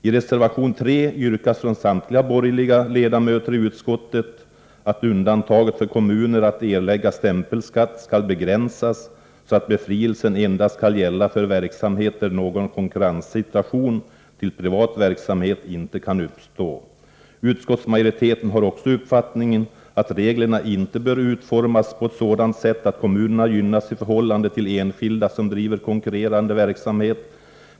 I reservation 3 yrkas från samtliga borgerliga ledamöter i utskottet att undantaget för kommuner att erlägga stämpelskatt skall begränsas, så att befrielsen endast skall gälla för verksamhet där någon konkurrenssituation i förhållande till privat verksamhet inte kan uppstå. Också utskottsmajoriteten har uppfattningen att reglerna inte bör utformas på ett sådant sätt att kommunerna gynnas i förhållande till enskild som driver konkurrerande verksamhet.